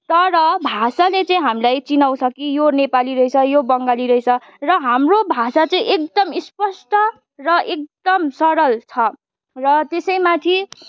तर भाषाले चाहिँ हामीलाई चिनाउँछ कि यो नेपाली रहेछ यो बङ्गाली रहेछ र हाम्रो भाषा चाहिँ एकदम स्पष्ट र एकदम सरल छ र त्यसैमाथि